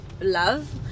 love